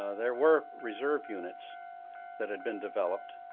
ah there were reserve units that had been developed.